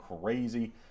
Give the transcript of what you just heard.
crazy